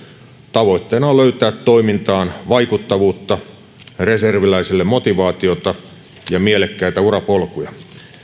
tavoitteena on löytää toimintaan vaikuttavuutta reserviläisille motivaatiota ja mielekkäitä urapolkuja